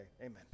Amen